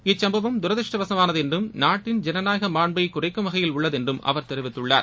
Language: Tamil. இச்சுப்பவம் தரதிருஷ்டவசமானது என்றும் நாட்டின் ஜனநாயக மாண்பை குறைக்கும் வகையில் உள்ளது என்றும் அவர் தெரிவித்துள்ளார்